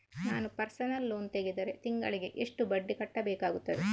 ನಾನು personal loan ತೆಗೆದರೆ ತಿಂಗಳಿಗೆ ಎಷ್ಟು ಬಡ್ಡಿ ಕಟ್ಟಬೇಕಾಗುತ್ತದೆ?